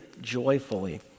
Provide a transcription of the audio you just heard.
joyfully